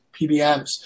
PBMs